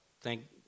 thank